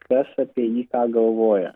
kas apie jį ką galvoja